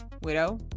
Widow